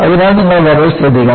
അതിനാൽ നിങ്ങൾ വളരെ ശ്രദ്ധിക്കണം